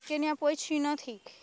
કે ત્યાં પહોંચતી નથી